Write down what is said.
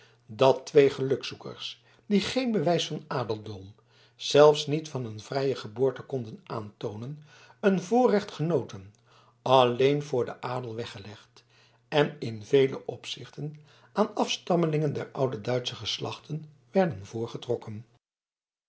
dat twee gelukzoekers die geen bewijs van adeldom zelfs niet van een vrije geboorte konden aantoonen een voorrecht genoten alleen voor den adel weggelegd en in vele opzichten aan afstammelingen der oude duitsche geslachten werden voorgetrokken